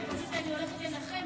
אני פשוט הולכת לנחם.